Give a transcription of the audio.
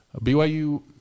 BYU